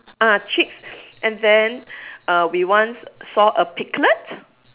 ah chicks and then uh we once saw a piglet